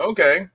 Okay